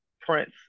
Prince